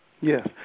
Yes